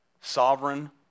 Sovereign